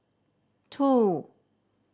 two